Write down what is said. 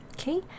Okay